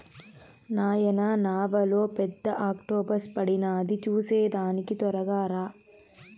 నాయనా నావలో పెద్ద ఆక్టోపస్ పడినాది చూసేదానికి తొరగా రా